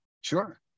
sure